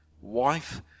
wife